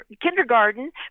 kindergarten